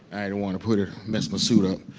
i didn't want to put it mess my suit up.